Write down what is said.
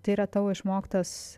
tai yra tavo išmoktas